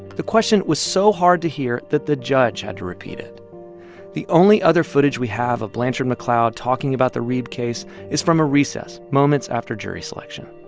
the question was so hard to hear that the judge had to repeat it the only other footage we have of blanchard mcleod talking about the reeb case is from a recess moments after jury selection.